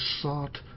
sought